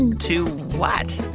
and to what.